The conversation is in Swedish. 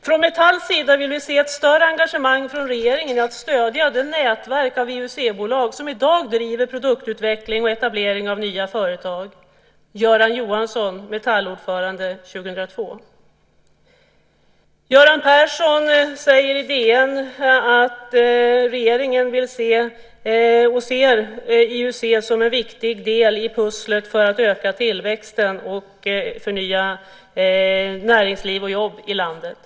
Från Metalls sida vill vi se ett större engagemang från regeringen i att stödja det nätverk av IUC-bolag som i dag driver produktutveckling och etablering av nya företag, säger Göran Johnsson, Metallordförande, 2002. Göran Persson säger i DN att regeringen vill se och ser IUC som en viktig del i pusslet för att öka tillväxten och förnya näringsliv och jobb i landet.